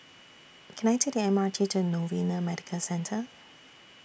Can I Take The M R T to Novena Medical Centre